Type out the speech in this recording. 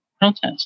protest